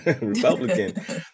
Republican